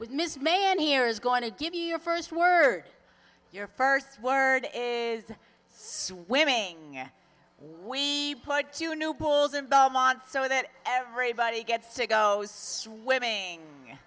with ms man here is going to give you your first word your first word is swimming we put two new polls in belmont so that everybody gets to go swimming